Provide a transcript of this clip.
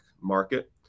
market